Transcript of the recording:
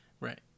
Right